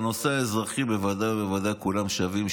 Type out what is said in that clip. בנושא האזרחי בוודאי ובוודאי כולם שווים,